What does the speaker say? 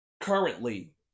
currently